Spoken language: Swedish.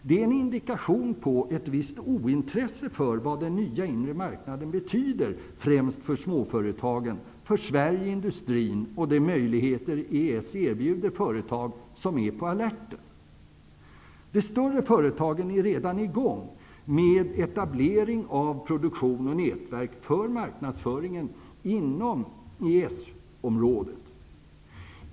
Det är en indikation på ett visst ointresse för vad den nya inre marknaden betyder främst för småföretagen, för Sverige, industrin och de möjligheter EES erbjuder företag som är på alerten. De större företagen är redan i gång med etablering av produktion och nätverk för marknadsföring inom EES-området.